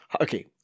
Okay